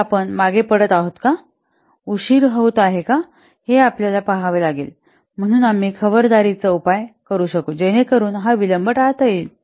तर आपण मागे पडत आहोत का उशीर का होत आहे हे आपण पाहावे लागेल म्हणून आम्ही खबरदारीचा उपाय करू शकू जेणेकरून हा विलंब टाळता येईल